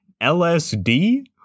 LSD